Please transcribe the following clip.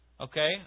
Okay